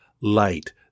light